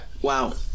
Wow